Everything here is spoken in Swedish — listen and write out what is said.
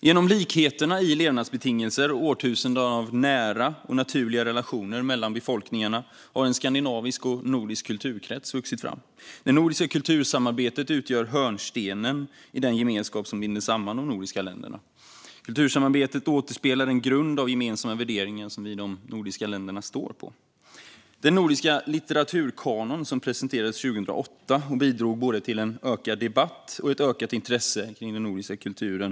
Genom likheterna i levnadsbetingelser och årtusenden av nära och naturliga relationer mellan befolkningarna har en skandinavisk och nordisk kulturkrets vuxit fram. Det nordiska kultursamarbetet utgör hörnstenen i den gemenskap som binder samman de nordiska länderna. Kultursamarbetet återspeglar den grund av gemensamma värderingar som vi i de nordiska länderna står på. Den nordiska litteraturkanon som presenterades 2008 bidrog till både en ökad debatt och ett ökat intresse för den nordiska kulturen.